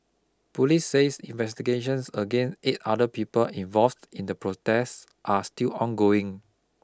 police says investigations against eight other people involved in the protest are still ongoing